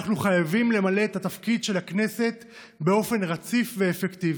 אנחנו חייבים למלא את התפקיד של הכנסת באופן רציף ואפקטיבי.